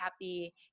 happy